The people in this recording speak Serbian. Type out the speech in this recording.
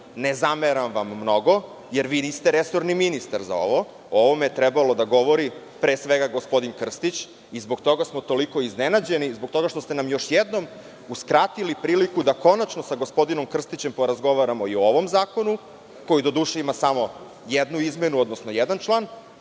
Ne zameram vam mnogo, jer vi niste resorni ministar za ovo. O ovome je trebalo da govori, pre svega, gospodin Krstić i zbog toga smo toliko iznenađeni zbog toga što ste nam još jednom uskratili priliku da konačno sa gospodinom Krstićem porazgovaramo i o ovom zakonu, koji doduše ima samo jednu izmenu, odnosno jedan član,